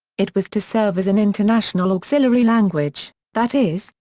it was to serve as an international auxiliary language, that is,